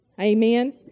Amen